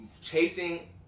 Chasing